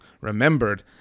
Remembered